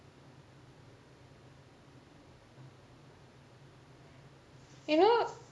you know